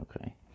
Okay